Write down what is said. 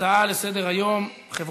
הצעה לסדר-היום, חבר